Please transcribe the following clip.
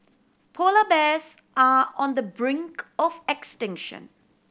polar bears are on the brink of extinction